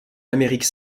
amérique